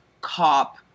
cop